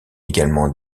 également